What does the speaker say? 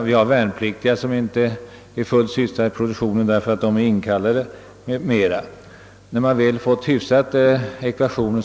Vi har även värnpliktiga, som inte är fullt sysselsatta i produktionen på grund av sin inkallelse, med flera grupper.